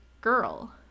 girl